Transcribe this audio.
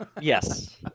Yes